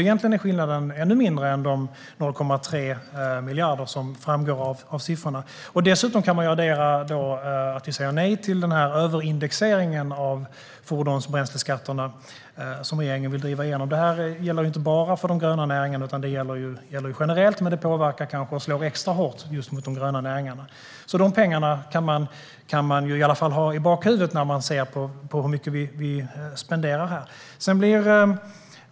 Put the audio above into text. Egentligen är skillnaden ännu mindre än de 0,3 miljarder som framgår av siffrorna. Dessutom kan man addera att vi säger nej till den överindexering av fordons och bränsleskatterna som regeringen vill driva igenom. Detta gäller inte bara för de gröna näringarna, utan det gäller generellt. Men det påverkar och slår kanske extra hårt just mot de gröna näringarna. Dessa pengar kan man i alla fall ha i bakhuvudet när man ser på hur mycket vi spenderar.